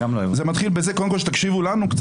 זה מתחיל בכך שקודם כל תקשיבו לנו.